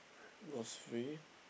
was free